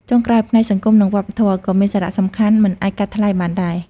ចុងក្រោយ ផ្នែកសង្គម និងវប្បធម៌ ក៏មានសារៈសំខាន់មិនអាចកាត់ថ្លៃបានដែរ។